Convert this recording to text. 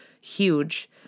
huge